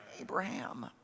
Abraham